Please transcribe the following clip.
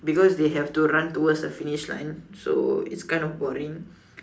because they have to run towards a finish line so it's kinda boring